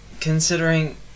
considering